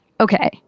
okay